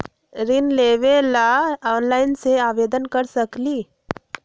ऋण लेवे ला ऑनलाइन से आवेदन कर सकली?